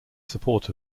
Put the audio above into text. support